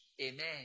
amen